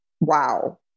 wow